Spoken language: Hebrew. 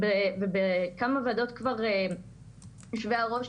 ובכמה וועדות יושבי הראש